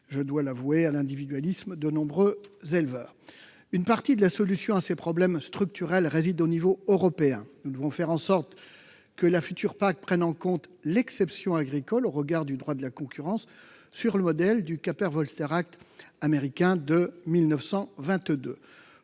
je dois le concéder -à l'individualisme de nombreux éleveurs. Une partie de la solution à ces problèmes structurels réside au niveau européen. Nous devons faire en sorte que la future PAC prenne en compte l'exception agricole au regard du droit de la concurrence, sur le modèle du américain de 1922.